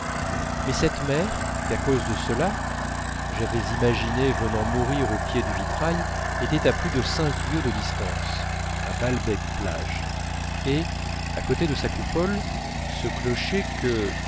mais cette mer qu'à cause de cela j'avais imaginée venant mourir au pied du vitrail était à plus de cinq lieues de distance à balbec plage et à côté de sa coupole ce clocher que